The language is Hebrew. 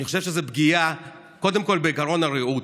אני חושב שזו פגיעה קודם כול בעקרון הרעות.